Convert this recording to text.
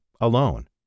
alone